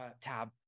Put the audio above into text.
tab